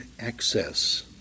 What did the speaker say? access